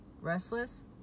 Restless